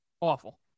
Awful